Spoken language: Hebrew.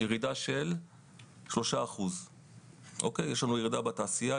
ירידה של 3%. יש לנו ירידה בתעשייה,